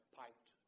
piped